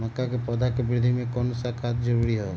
मक्का के पौधा के वृद्धि में कौन सा खाद जरूरी होगा?